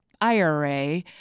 IRA